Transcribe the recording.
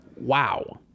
Wow